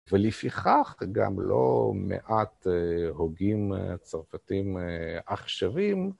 ולפיכך, גם לא מעט הוגים צרפתים עכשוויים.